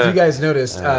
ah guys noticed,